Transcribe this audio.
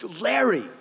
Larry